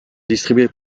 distribués